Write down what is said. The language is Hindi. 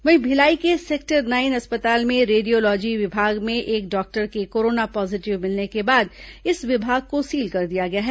वहीं भिलाई के सेक्टर नाईन अस्पताल में रेडियोलॉजी विभाग में एक डॉक्टर के कोरोना पॉजिटिव मिलने के बाद इस विभाग को सील कर दिया गया है